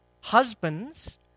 husbands